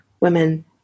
women